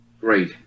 great